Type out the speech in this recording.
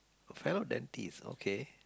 fellow dentist okay